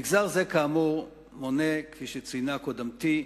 מגזר זה מונה, כפי שציינה קודמתי,